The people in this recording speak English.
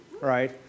right